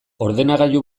ordenagailu